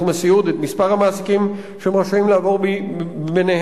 הסיעוד את מספר המעסיקים שהם רשאים לעבור ביניהם,